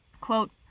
Quote